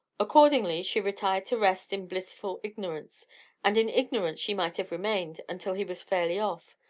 accordingly, she retired to rest in blissful ignorance and in ignorance she might have remained until he was fairly off,